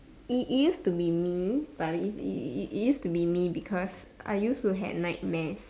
it is to be me but it it it is to be me because I used to had nightmares